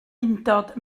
undod